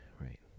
right